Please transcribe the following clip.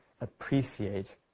appreciate